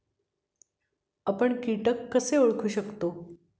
आपण कीटक कसे ओळखू शकतो?